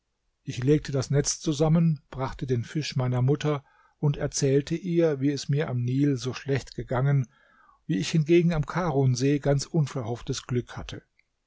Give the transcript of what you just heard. ich legte das netz zusammen brachte den fisch meiner mutter und erzählte ihr wie es mir am nil so schlecht gegangen wie ich hingegen am karunssee ganz unverhofftes glück hatte